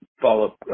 follow